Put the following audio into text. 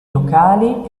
locali